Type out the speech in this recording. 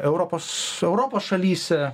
europos europos šalyse